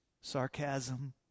Sarcasm